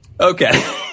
Okay